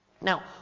Now